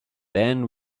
then